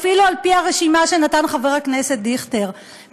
אפילו על-פי הרשימה שנתן חבר הכנסת דיכטר,